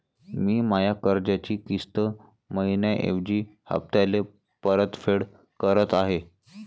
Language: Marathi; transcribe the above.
मी माया कर्जाची किस्त मइन्याऐवजी हप्त्याले परतफेड करत आहे